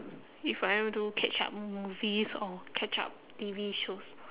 if I want to catch up movies or catch up T_V shows